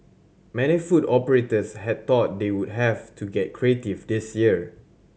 many food operators had thought they would have to get creative this year